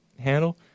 handle